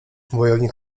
wojownik